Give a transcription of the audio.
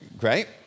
Great